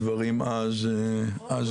הדברים אז ברורים.